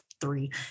three